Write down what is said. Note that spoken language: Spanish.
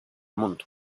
mundo